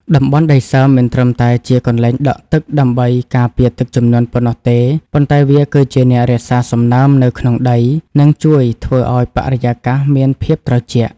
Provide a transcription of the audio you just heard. តំបន់ដីសើមមិនត្រឹមតែជាកន្លែងដក់ទឹកដើម្បីការពារទឹកជំនន់ប៉ុណ្ណោះទេ ប៉ុន្តែវាគឺជាអ្នករក្សាសំណើមនៅក្នុងដី និងជួយធ្វើឱ្យបរិយាកាសមានភាពត្រជាក់។